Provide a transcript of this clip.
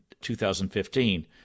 2015